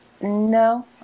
No